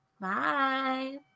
Bye